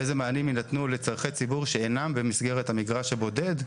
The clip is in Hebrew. איזה מענים יינתנו לצרכי ציבור שאינם במסגרת המגרש הבודד.